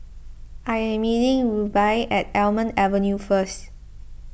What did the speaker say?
I am meeting Rubye at Almond Avenue first